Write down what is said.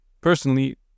Personally